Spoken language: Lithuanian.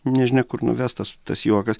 nežinia kur nuves tas tas juokas